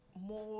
more